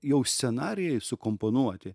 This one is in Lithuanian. jau scenarijai sukomponuoti